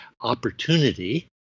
opportunity